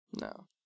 No